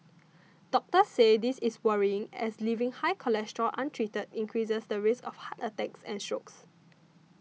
doctors say this is worrying as leaving high cholesterol untreated increases the risk of heart attacks and strokes